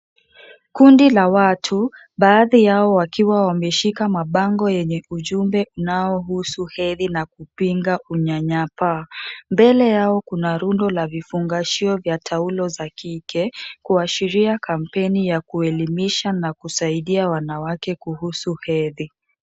Kundi la watu, baadhi yao wakiwa wameshika mabango yenye ujumbe unaohusu hedhi na kupinga unyanyapa. Mbele yao kuna rundo la vifungashio vya taulo za kike. Kuashiria kampeni ya kuelimisha na kusaidia wanawake kuhusu hedhi.